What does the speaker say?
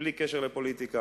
בלי קשר לפוליטיקה,